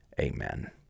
amen